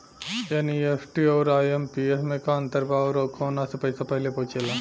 NEFT आउर IMPS मे का अंतर बा और आउर कौना से पैसा पहिले पहुंचेला?